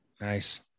Nice